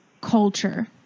culture